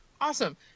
Awesome